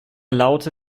laute